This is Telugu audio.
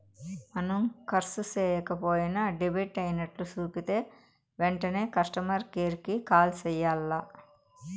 మనం కర్సు సేయక పోయినా డెబిట్ అయినట్లు సూపితే ఎంటనే కస్టమర్ కేర్ కి కాల్ సెయ్యాల్ల